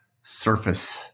surface